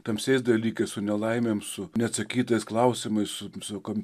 tamsiais dalykais su nelaimėm su neatsakytais klausimais su visokiom